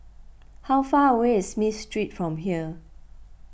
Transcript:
how far away is Smith Street from here